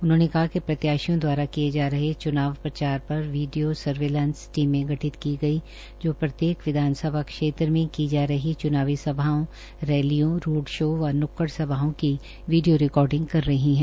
उन्होंने कहा कि प्रत्याशियों दवारा किये जा रहे च्नाव प्रचार पर विडियो सर्विलांस टीमें गठित की गई जो प्रत्येक विधानसभा क्षेत्र में की जा रही च्नावी सभाओं रैलियों रोड शो व न्क्कड़ सभाओं की वीडियो रिकार्डिंग कर रही है